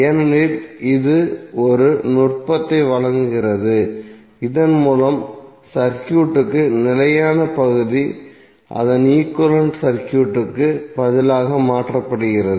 ஏனெனில் இது ஒரு நுட்பத்தை வழங்குகிறது இதன் மூலம் சர்க்யூட்க்கு நிலையான பகுதி அதன் ஈக்விவலெண்ட் சர்க்யூட்க்கு பதிலாக மாற்றப்படுகிறது